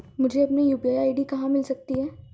मुझे अपनी UPI ID कहां मिल सकती है?